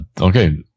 Okay